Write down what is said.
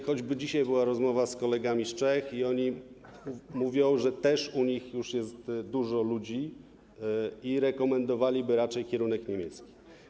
Choćby dzisiaj była rozmowa z kolegami z Czech i oni mówią, że u nich też już jest dużo ludzi i rekomendowaliby raczej kierunek niemiecki.